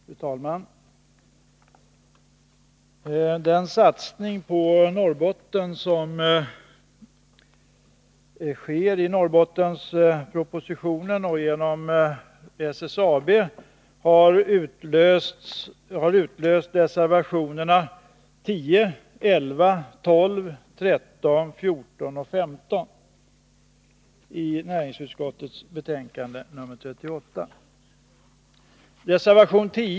Fru talman! Den satsning på Norrbotten som sker genom Norrbottenspropositionen och SSAB her utlöst reservationerna 10, 11, 12, 13, 14 och 15 till näringsutskottets betänkande 38.